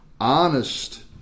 honest